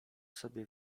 sobie